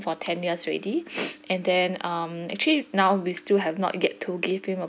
for ten years already and then um actually now we still have not get to give him a